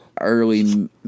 early